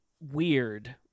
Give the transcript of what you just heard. weird